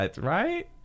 right